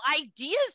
ideas